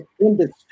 industry